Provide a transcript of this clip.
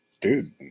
Dude